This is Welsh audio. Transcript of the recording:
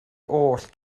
oll